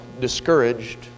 discouraged